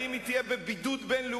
האם היא תהיה בבידוד בין-לאומי,